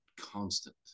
constant